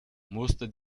musste